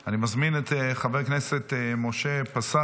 אני מזמין את חבר הכנסת משה פסל